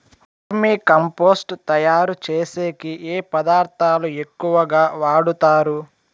వర్మి compost తయారుచేసేకి ఏ పదార్థాలు ఎక్కువగా వాడుతారు